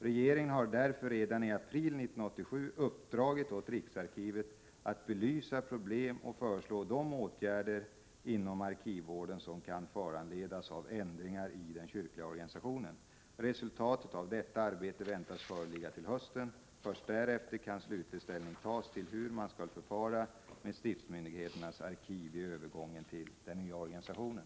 Regeringen har därför redan i april 1987 uppdragit åt riksarkivet att ”belysa problem och föreslå de åtgärder inom arkivvården” som kan föranledas av ändringar i den kyrkliga organisationen. Resultatet av detta arbete väntas föreligga till hösten. Först därefter kan slutlig ställning tas till hur man skall förfara med stiftsmyndigheternas arkiv vid övergången till den nya organisationen.